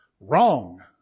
wrong